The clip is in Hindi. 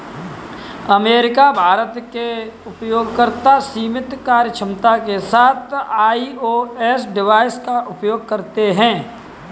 अमेरिका, भारत के उपयोगकर्ता सीमित कार्यक्षमता के साथ आई.ओ.एस डिवाइस का उपयोग कर सकते हैं